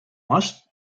must